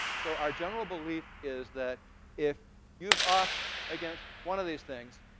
so our general belief is that if you've authed against one of these things,